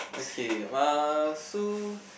okay uh so